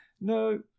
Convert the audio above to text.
No